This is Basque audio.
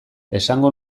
esango